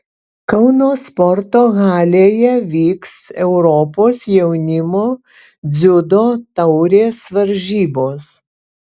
kauno sporto halėje vyks europos jaunimo dziudo taurės varžybos